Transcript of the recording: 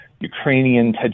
Ukrainian